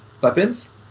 weapons